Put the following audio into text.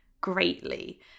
greatly